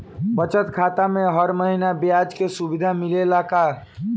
बचत खाता में हर महिना ब्याज के सुविधा मिलेला का?